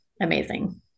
amazing